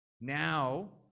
Now